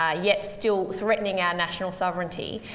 ah yet still threatening our national sovereignty,